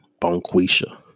Bonquisha